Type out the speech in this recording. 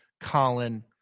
Colin